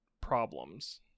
problems